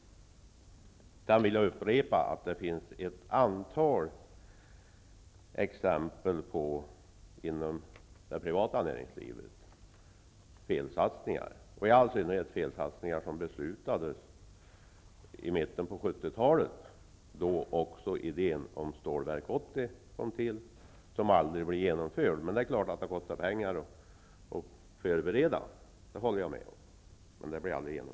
Jag vill upprepa att det inom det privata näringslivet finns ett antal exempel på felsatsningar. Det gäller i synnerhet felsatsningar som man fattade beslut om i mitten av 70-talet. Vid den tiden kom också idén om Stålverk 80 till. Den blev aldrig genomförd. Men det är klart att det kostar pengar att förbereda. Det håller jag med om.